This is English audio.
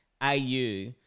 AU